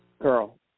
Girl